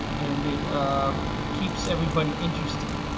and it um keeps everybody interested.